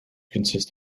consist